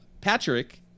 Patrick